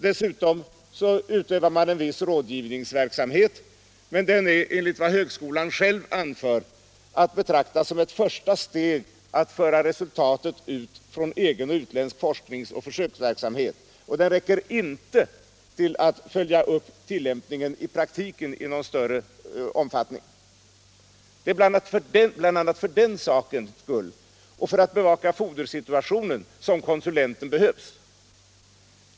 Dessutom utövas viss rådgivningsverksamhet, men den är enligt vad högskolan själv anför att se som ett första steg att föra ut resultat från egen och utländsk forsknings och försöksverksamhet, och den räcker inte att följa upp tillämpningen i praktiken i någon större omfattning. Det är bl.a. för den sakens skull och för att bevaka fodersituationen som konsulenten behövs.